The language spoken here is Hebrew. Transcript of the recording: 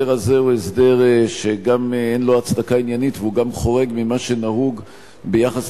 זה הסדר שגם אין לו הצדקה עניינית וגם הוא חורג ממה שנהוג במקצועות